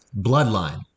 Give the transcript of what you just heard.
Bloodline